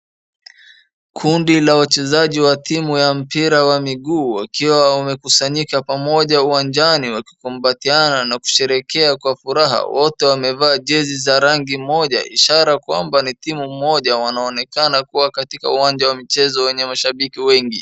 Kundi la wachezaji wa timu ya mpira wa miguu wakiwa wamekusanyika pamoja uwanjani wakikumbatiana kusherekea kwa furaha ,wote wamevaa jezi za rangi moja inshallah kwamba ni timu moja wanaonekana kuwa katika uwanja wa michezo wenye mashabiki wengi.